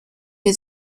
you